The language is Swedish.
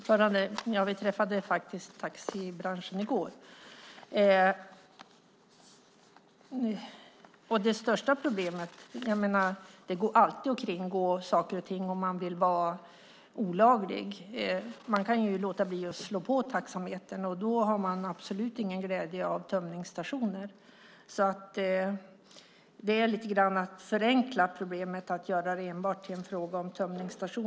Fru talman! Vi träffade taxibranschen i går. Det går alltid att kringgå saker och ting om man vill vara olaglig. Man kan till exempel låta bli att slå på taxametern, och då har man absolut ingen glädje av tömningsstationer. Att göra detta till enbart en fråga om tömningsstationer är att lite grann förenkla problemet.